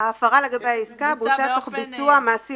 --- "ההפרה לגבי העסקה בוצעה תוך ביצוע מעשים